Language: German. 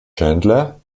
chandler